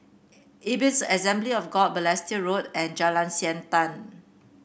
Ebenezer Assembly of God Balestier Road and Jalan Siantan